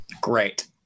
Great